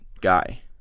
guy